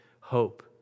hope